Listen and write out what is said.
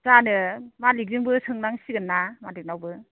जानो मालिकजोंबो सोंनांसिगोनना मालिकनावबो